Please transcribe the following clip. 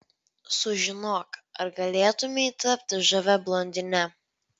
sužinok ar galėtumei tapti žavia blondine